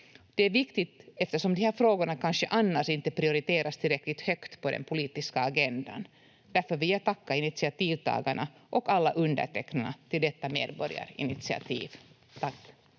Det är viktigt eftersom de här frågorna kanske annars inte prioriteras tillräckligt högt på den politiska agendan. Därför vill jag tacka initiativtagarna och alla undertecknarna till detta medborgarinitiativ. — Tack.